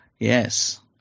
Yes